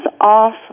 off